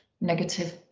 negative